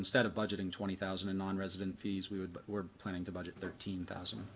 instead of budgeting twenty thousand and nonresident fees we would but we're planning to budget thirteen thousand